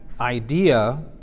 idea